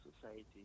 society